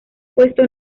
puesto